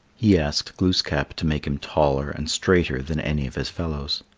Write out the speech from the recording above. he asked glooskap to make him taller and straighter than any of his fellows.